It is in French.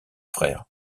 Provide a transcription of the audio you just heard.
frères